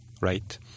right